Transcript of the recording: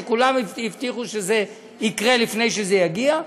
שכולם הבטיחו שזה יקרה לפני שזה יגיע.